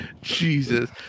Jesus